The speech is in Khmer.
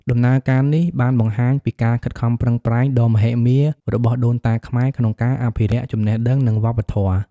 ដំណើរការនេះបានបង្ហាញពីការខិតខំប្រឹងប្រែងដ៏មហិមារបស់ដូនតាខ្មែរក្នុងការអភិរក្សចំណេះដឹង និងវប្បធម៌។